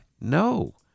No